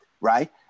right